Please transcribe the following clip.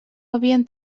havien